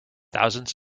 thousands